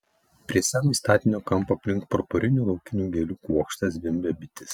prie seno statinio kampo aplink purpurinių laukinių gėlių kuokštą zvimbė bitės